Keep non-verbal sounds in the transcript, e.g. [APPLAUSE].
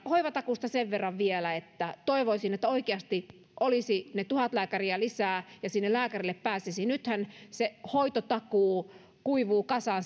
hoivatakuusta sen verran vielä että toivoisin että oikeasti olisi ne tuhat lääkäriä lisää ja sinne lääkärille pääsisi nythän se hoitotakuu kuivuu kasaan [UNINTELLIGIBLE]